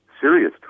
serious